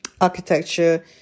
Architecture